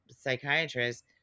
psychiatrist